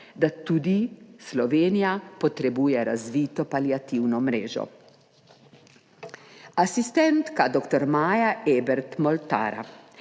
da tudi Slovenija potrebuje razvito paliativno mrežo. Asistentka doktor Maja Ebert Moltara,